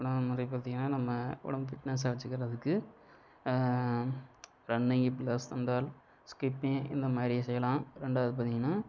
பார்த்தீங்கனா நம்ம உடம்பு ஃபிட்னஸாக வெச்சுக்கிறதுக்கு ரன்னிங் பிளஸ் தண்டால் ஸ்கிப்பிங் இந்த மாதிரியும் செய்யலாம் ரெண்டாவது பாத்தீங்கனா